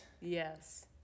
Yes